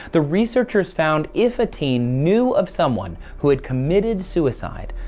the researchers found if a team knew of someone who had committed suicide,